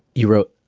you wrote,